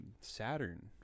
saturn